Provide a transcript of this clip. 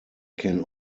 can